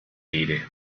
rede